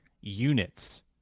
units